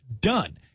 done